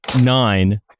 nine